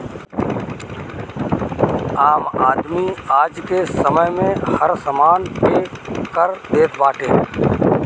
आम आदमी आजके समय में हर समान पे कर देत बाटे